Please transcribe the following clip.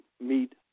meet